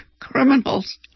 criminals